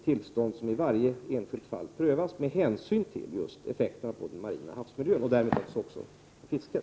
Tillstånden prövas i varje enskilt fall, just med hänsyn till effekten på den marina havsmiljön och därmed också på fisket.